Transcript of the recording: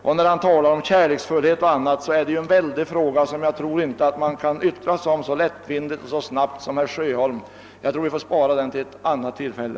Han talar om kärleksfullhet. Det är en svår fråga som man inte kan avfärda så lättvindigt och snabbt som herr Sjöholm gjorde; jag tror att vi får spara den frågan till ett annat tillfälle.